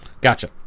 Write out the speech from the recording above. Gotcha